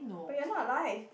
but you're not alive